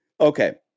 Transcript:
Okay